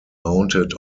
mounted